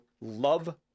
love